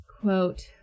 quote